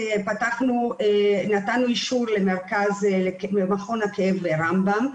נתנו אישור למכון הכאב ברמב"ם,